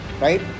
right